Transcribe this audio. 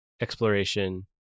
exploration